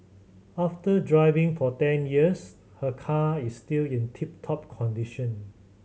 after driving for ten years her car is still in tip top condition